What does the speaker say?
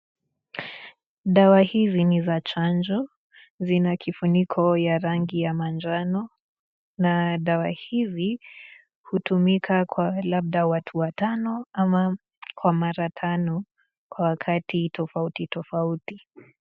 Dawa hizi ni za chanjo zina kifuniko ya rangi ya manjano na dawa hizi hutumika kwa labda watu watano ama kwa mara tano kwa wakati tofauti tofauti.